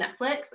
Netflix